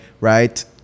right